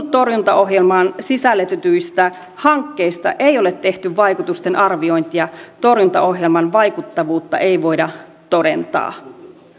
torjuntaohjelmaan sisällytetyistä hankkeista ei ole tehty vaikutusten arviointia torjuntaohjelman vaikuttavuutta ei voida todentaa